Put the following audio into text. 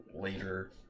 later